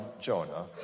Jonah